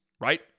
right